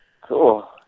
Cool